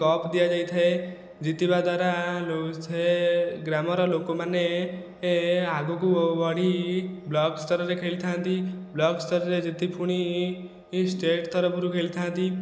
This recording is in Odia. କପ୍ ଦିଆଯାଇଥାଏ ଜିତିବା ଦ୍ଵାରା ସେ ଗ୍ରାମର ଲୋକମାନେ ଆଗକୁ ବଢ଼ି ବ୍ଲକ ସ୍ତରରେ ଖେଳିଥାନ୍ତି ବ୍ଲକ ସ୍ତରରେ ଜିତି ପୁଣି ଷ୍ଟେଟ୍ ତରଫରୁ ଖେଳିଥାନ୍ତି